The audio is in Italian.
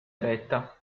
eretta